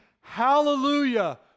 Hallelujah